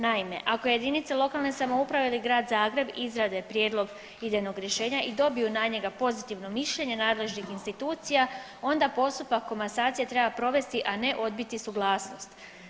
Naime, ako jedinice lokalne samouprave ili Grad Zagreb izrade prijedlog idejnog rješenja i dobiju na njega pozitivno mišljenje nadležnih institucija onda postupak komasacije treba provesti, a ne odbiti suglasnost.